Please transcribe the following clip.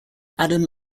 adam